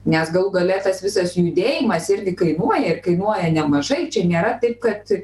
nes galų gale tas visas judėjimas irgi kainuoja ir kainuoja nemažai čia nėra taip kad